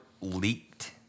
leaked